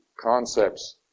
concepts